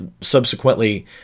subsequently